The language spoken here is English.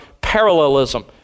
parallelism